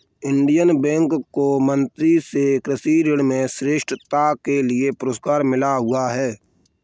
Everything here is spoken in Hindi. इंडियन बैंक को मंत्री से कृषि ऋण में श्रेष्ठता के लिए पुरस्कार मिला हुआ हैं